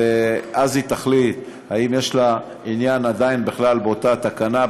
ואז היא תחליט אם יש לה עדיין עניין בכלל באותה תקנה,